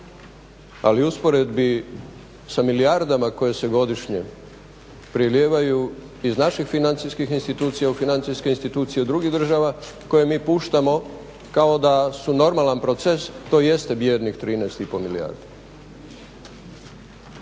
ali u usporedbi sa milijardama koje se godišnje prelijevaju iz naših financijskih institucija u financijske institucije drugih država koje mi puštamo kao da su normalan proces, to jeste bijednih 13 i pol milijardi.